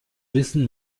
wissen